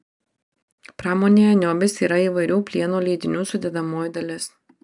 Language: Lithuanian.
pramonėje niobis yra įvairių plieno lydinių sudedamoji dalis